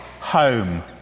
Home